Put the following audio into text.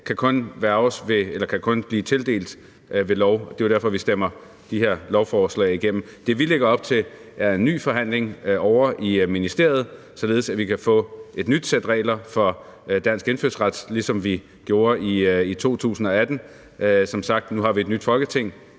kan kun blive tildelt ved lov. Det er jo derfor, vi stemmer de her lovforslag igennem. Det, vi lægger op til, er en ny forhandling ovre i ministeriet, således at vi kan få et nyt sæt regler for dansk indfødsret, ligesom vi gjorde i 2018. Vi har som sagt et nyt Folketing